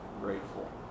grateful